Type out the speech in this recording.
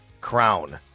crown